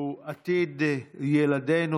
שהוא עתיד ילדינו